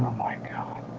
my god!